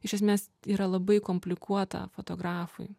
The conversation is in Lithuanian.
iš esmės yra labai komplikuota fotografui